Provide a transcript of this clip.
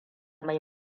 mai